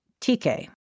TK